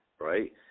right